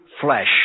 flesh